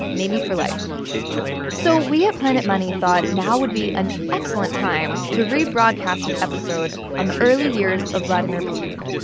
maybe for life so we at planet money thought now would be an excellent time to rebroadcast an episode on the early years of vladimir putin.